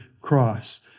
cross